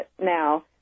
now